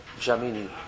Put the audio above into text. Jamini